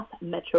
Metro